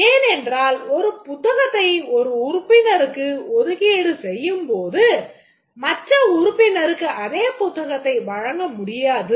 ஏனென்றால் ஒரு புத்தகத்தை ஒரு உறுப்பினருக்கு ஒதுக்கீடு செய்யும் போது மற்ற உறுப்பினருக்கு அதே புத்தகத்தை வழங்க முடியாது